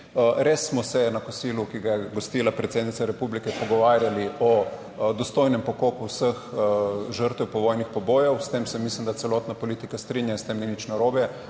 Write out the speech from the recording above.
Res smo se na kosilu, ki ga je gostila predsednica republike, pogovarjali o dostojnem pokopu vseh žrtev povojnih pobojev. S tem se, mislim, da celotna politika strinja, s tem ni nič narobe.